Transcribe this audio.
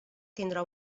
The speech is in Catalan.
tindrà